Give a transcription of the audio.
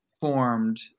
formed